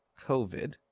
COVID